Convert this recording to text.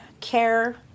care